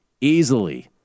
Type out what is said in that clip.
easily